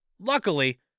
Luckily